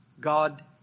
God